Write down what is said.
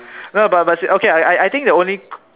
no but but okay but I I think the only